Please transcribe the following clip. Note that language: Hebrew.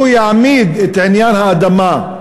הוא יעמיד את עניין האדמה,